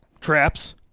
traps